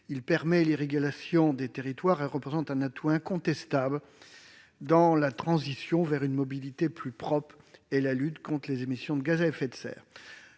Il permet l'irrigation des territoires et représente un atout incontestable dans la transition vers une mobilité plus propre et la lutte contre les émissions de gaz à effet de serre.